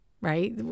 right